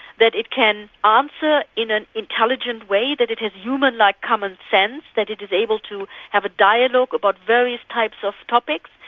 that it can answer in an intelligent way, that it has humanlike commonsense, that it is able to have a dialogue about various kinds of topics.